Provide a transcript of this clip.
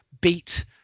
beat